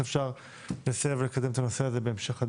אנחנו יכולים ואיך אפשר לסייע ולקדם את הנושא הזה בהמשך הדרך.